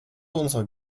unserer